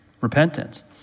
repentance